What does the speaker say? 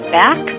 back